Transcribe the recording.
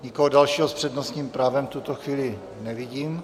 Nikoho dalšího s přednostním právem v tuto chvíli nevidím.